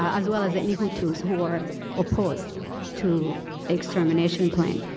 ah as well as any hutus who were opposed to extermination plan.